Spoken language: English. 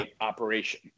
operation